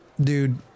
dude